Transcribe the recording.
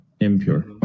impure